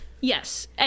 Yes